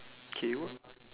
K what